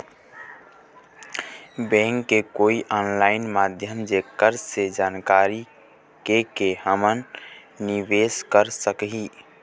Bank के कोई online माध्यम जेकर से जानकारी के के हमन निवेस कर सकही?